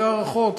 אלה הערכות,